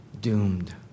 doomed